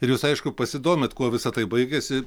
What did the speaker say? ir jūs aišku pasidomit kuo visa tai baigėsi